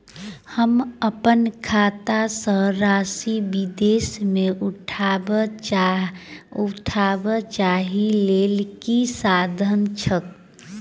हम अप्पन खाता सँ राशि विदेश मे पठवै ताहि लेल की साधन छैक?